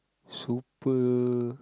super